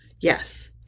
Yes